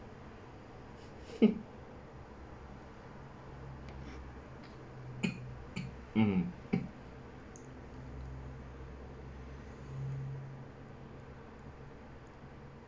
mm